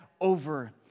over